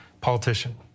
politician